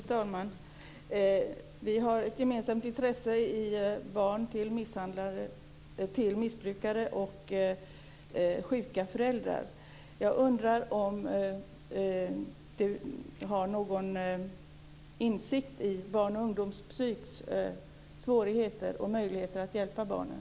Fru talman! Vi har ett gemensamt intresse i barn till missbrukare och sjuka föräldrar. Jag undrar om Rolf Olsson har någon insikt i barn och ungdomspsykiatrins svårigheter och möjligheter att hjälpa barnen.